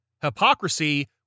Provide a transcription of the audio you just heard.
hypocrisy